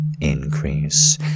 increase